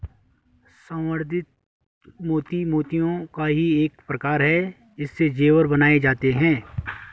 संवर्धित मोती मोतियों का ही एक प्रकार है इससे जेवर बनाए जाते हैं